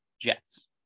Jets